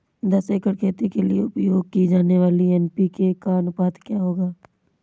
दस एकड़ खेती के लिए उपयोग की जाने वाली एन.पी.के का अनुपात क्या होगा?